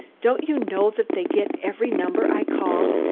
don't you know that they get every number i call?